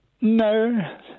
No